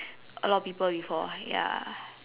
a lot of people before ya